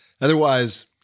Otherwise